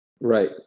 Right